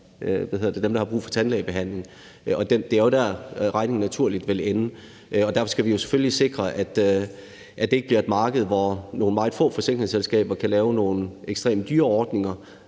dem, der har brug for tandbehandling. Det er jo der, regningen naturligt vil ende, og derfor skal vi selvfølgelig sikre, at det ikke bliver et marked, hvor meget få forsikringsselskaber kan lave nogle ekstremt dyre ordninger,